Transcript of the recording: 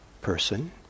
person